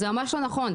זה ממש לא נכון.